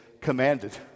commanded